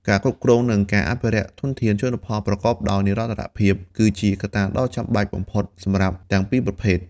ការគ្រប់គ្រង និងការអភិរក្សធនធានជលផលប្រកបដោយនិរន្តរភាព គឺជាកត្តាដ៏ចាំបាច់បំផុតសម្រាប់ទាំងពីរប្រភេទ។